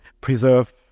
preserve